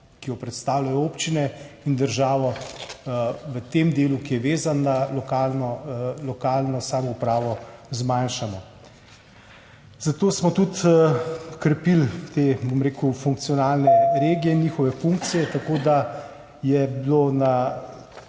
ki jo predstavljajo občine, in državo v tem delu, ki je vezan na lokalno samoupravo, zmanjšamo. Zato smo tudi okrepili te, bom rekel, funkcionalne regije in njihove funkcije, tako da je bilo to